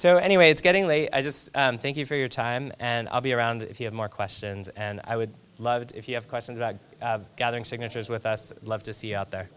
so anyway it's getting late i just thank you for your time and i'll be around if you have more questions and i would love it if you have questions about gathering signatures with us love to see out there